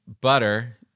butter